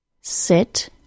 sit